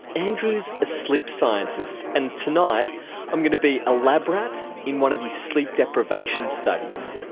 andrew's a sleep scientist, and tonight i'm going to be a lab-rat in one of his sleep deprivation studies.